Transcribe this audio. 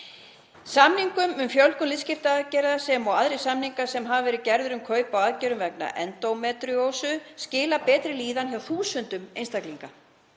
Samningum um fjölgun liðskiptaaðgerða sem og aðrir samningar sem hafa verið gerðir um kaup á aðgerðum vegna endómetríósu skila betri líðan hjá þúsundum einstaklinga.